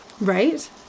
Right